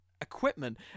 equipment